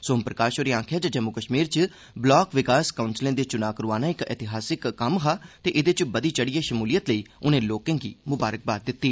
सोम प्रकाश होरें आक्खेया जे जम्मू कश्मीर च ब्लाक विकास परिषदें दे चूनां करोआना इक ऐतिहासिक घटना ऐ ते एदे च बधी चढ़ियै शमूलियत लेई उनें लोकें गी मुंबारकबाद दिती